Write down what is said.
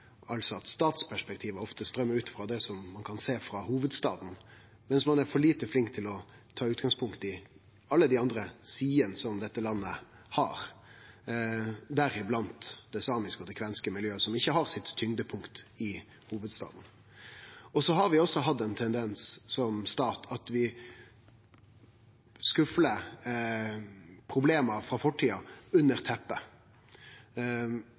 altså at statsperspektivet ofte strøymer ut frå det som ein kan sjå frå hovudstaden, mens ein er for lite flink til å ta utgangspunkt i alle dei andre sidene som dette landet har, deriblant det samiske og det kvenske miljøet, som ikkje har sine tyngdepunkt i hovudstaden. Så har vi også hatt ein tendens til, som stat, at vi skyv problema frå fortida under teppet.